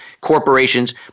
corporations